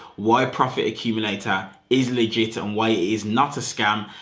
why profit accumulator is legitimate and why it is not a scam.